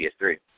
PS3